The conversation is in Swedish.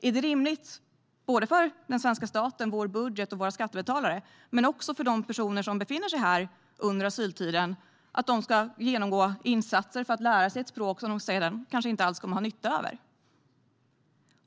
Är det rimligt för den svenska staten, vår budget och våra skattebetalare - och för de personer som befinner sig här under asyltiden - att de ska genomgå insatser för att lära sig ett språk som de sedan kanske inte alls kommer att ha nytta av?